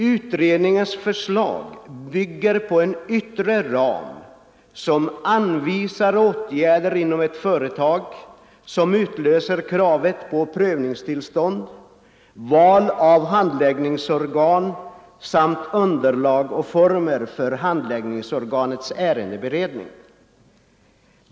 Utredningens förslag bygger på en yttre ram och gäller åtgärder inom ett företag som utlöser kravet på prövningstillstånd, val av handläggningsorgan samt underlag och former för handläggningsorganets ärendeberedning.